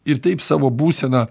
ir taip savo būseną